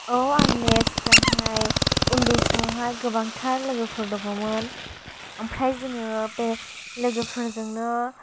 औ आंनिया सिगांहाय उन्दै समावहाय गोबांथार लोगो दङमोन ओमफ्राय जोङो बे लोगोफोरजोंनो